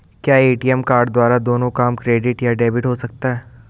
क्या ATM card द्वारा दोनों काम क्रेडिट या डेबिट हो सकता है?